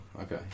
Okay